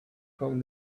from